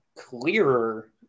clearer